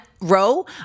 row